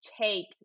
take